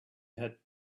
had